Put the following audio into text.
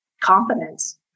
confidence